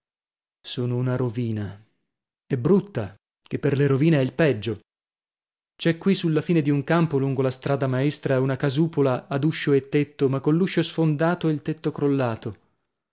sono una rovina e brutta che per le rovine è il peggio c'è qui sulla fine di un campo lungo la strada maestra una casupola ad uscio e tetto ma coll'uscio sfondato e il tetto crollato